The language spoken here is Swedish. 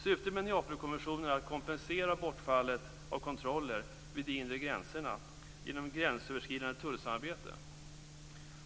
Syftet med Neapelkonventionen är att kompensera bortfallet av kontroller vid de inre gränserna genom gränsöverskridande tullsamarbete.